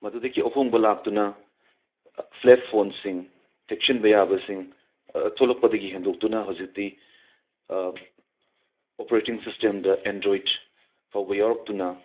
ꯃꯗꯨꯗꯒꯤ ꯑꯍꯣꯡꯕ ꯂꯥꯛꯇꯨꯅ ꯐ꯭ꯂꯦꯞ ꯐꯣꯟꯁꯤꯡ ꯊꯦꯛꯆꯤꯟꯕ ꯌꯥꯕꯥꯁꯤꯡ ꯊꯣꯛꯂꯛꯄꯗꯒꯤ ꯍꯦꯟꯗꯣꯛꯇꯨꯅ ꯍꯧꯖꯤꯛꯇꯤ ꯑꯣꯄꯔꯦꯇꯤꯡ ꯁꯤꯁꯇꯦꯝꯗ ꯑꯦꯟꯗ꯭ꯊꯣꯏꯠ ꯐꯥꯎꯕ ꯌꯥꯎꯔꯛꯇꯨꯅ